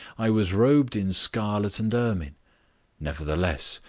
i was robed in scarlet and ermine nevertheless,